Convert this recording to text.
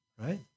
Right